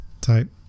type